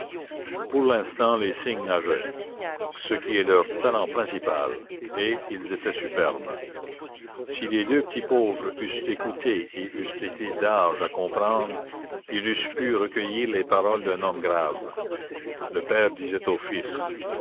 pour l'instant les cygnes nageaient ce qui est leur talent principal et ils étaient superbes si les deux petits pauvres eussent écouté et eussent été d'âge à comprendre ils eussent pu recueillir les paroles d'un homme grave le père disait au fils